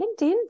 LinkedIn